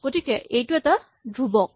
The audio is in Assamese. গতিকে এইটো এটা ধ্ৰুৱক